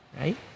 right